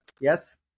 yes